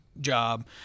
job